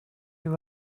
you